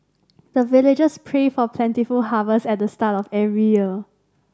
the villagers pray for plentiful harvest at the start of every year